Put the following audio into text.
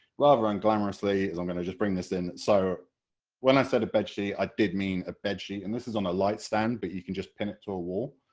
rather unglamorously, is i'm going to bring this in. so when i said a bedsheet, i did mean a bedsheet, and this is on a light stand, but you can just pin it to a wall,